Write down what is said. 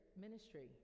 ministry